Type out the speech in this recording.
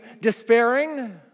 despairing